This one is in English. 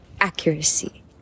accuracy